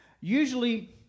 Usually